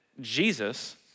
Jesus